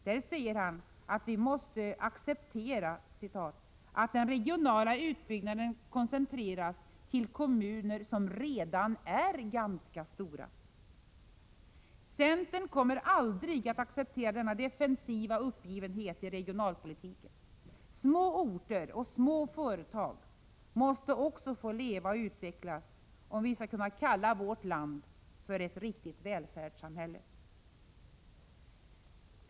Där säger han att vi måste acceptera ”att den regionala utbyggnaden koncentreras till kommuner som redan är ganska stora”. Centern kommer aldrig att acceptera denna defensiva uppgivenhet i regionalpolitiken. Små orter och små företag måste också få leva och utvecklas, om vi skall kunna kalla vårt land ett riktigt välfärdssamhälle.